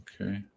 Okay